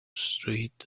street